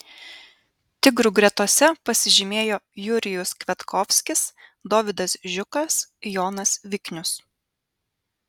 tigrų gretose pasižymėjo jurijus kviatkovskis dovydas žiukas jonas viknius